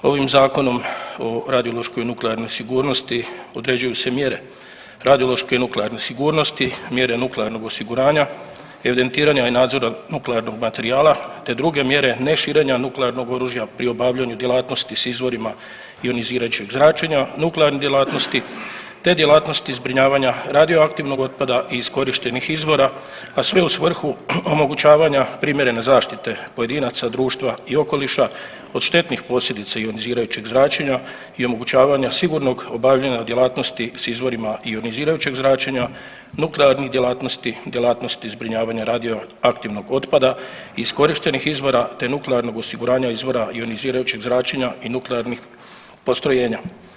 Ovim Zakonom o radiološkoj i nuklearnoj sigurnosti određuju se mjere radiološke i nuklearne sigurnosti, mjere nuklearnog osiguranja, evidentiranja i nadzora nuklearnog materijala te druge mjere neširenja nuklearnog oružja pri obavljanju djelatnosti s izvorima ionizirajućeg zračenja nuklearne djelatnosti te djelatnosti zbrinjavanja radioaktivnog otpada iz iskorištenih izvora, a sve u svrhu omogućavanja primjerene zaštite pojedinaca, društva i okoliša od štetnih posljedica ionizirajućeg zračenja i omogućavanja sigurnog obavljanja djelatnosti s izvorima ionizirajućeg zračenja nuklearnih djelatnosti, djelatnosti zbrinjavanja radioaktivnog otpada iz iskorištenih izvora te nuklearnog osiguranja izvora ionizirajućeg zračenja i nuklearnih postrojenja.